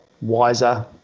wiser